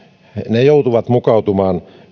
ne joutuvat mukautumaan